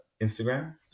Instagram